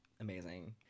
amazing